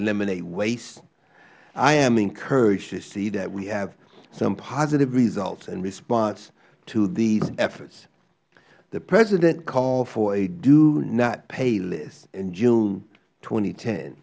eliminate waste i am encouraged to see that we have some positive results in response to these efforts the president called for a do not pay list in june tw